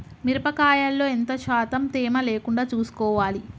మిరప కాయల్లో ఎంత శాతం తేమ లేకుండా చూసుకోవాలి?